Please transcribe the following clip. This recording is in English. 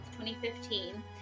2015